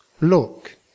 Look